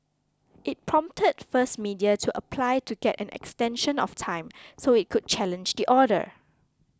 it prompted First Media to apply to get an extension of time so it could challenge the order